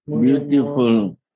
beautiful